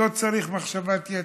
לא צריך מחשבת יתר.